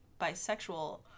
bisexual